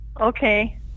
okay